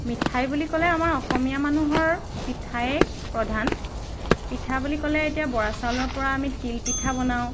মিঠাই বুলি ক'লে আমাৰ অসমীয়া মানুহৰ পিঠাই প্ৰধান পিঠা বুলি ক'লে এতিয়া বৰা চাউলৰ পৰা আমি তিলপিঠা বনাওঁ